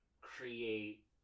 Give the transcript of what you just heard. create